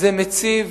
זה מציב